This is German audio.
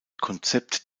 konzept